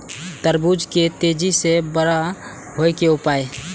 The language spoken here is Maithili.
तरबूज के तेजी से बड़ा होय के उपाय?